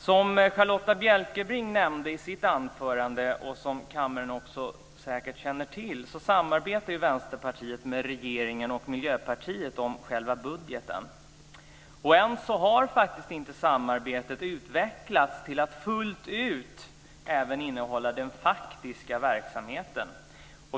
Som Charlotta Bjälkebring nämnde i sitt anförande och som kammaren säkert också känner till samarbetar Vänsterpartiet med regeringen och Miljöpartiet om själva budgeten. Samarbetet har ännu inte utvecklats till att fullt ut även innehålla den faktiska verksamhet.